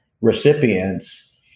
recipients